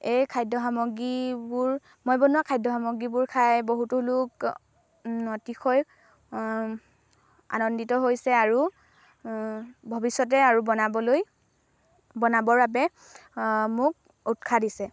এই খাদ্য সামগ্ৰীবোৰ মই বনোৱা খাদ্য সামগ্ৰীবোৰ খাই বহুতো লোক অতিশয় আনন্দিত হৈছে আৰু ভৱিষ্যতে আৰু বনাবলৈ বনাবৰ বাবে মোক উৎসাহ দিছে